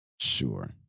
Sure